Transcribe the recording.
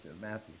Matthew